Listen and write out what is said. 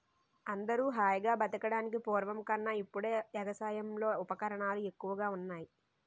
అందరూ హాయిగా బతకడానికి పూర్వం కన్నా ఇప్పుడే ఎగసాయంలో ఉపకరణాలు ఎక్కువగా ఉన్నాయ్